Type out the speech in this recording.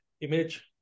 image